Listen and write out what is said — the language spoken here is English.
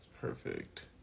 perfect